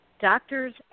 Doctors